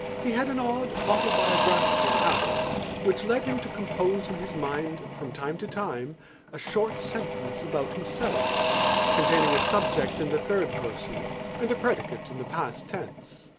he had an odd autobiographical habit which led him to compose in his mind from time to time a short sentence about himself containing a subject in the third person and a predicate in the past tense.